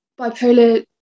bipolar